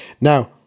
Now